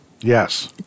Yes